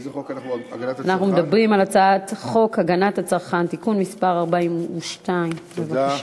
אנחנו מדברים על הצעת חוק הגנת הצרכן (תיקון מס' 42). בבקשה.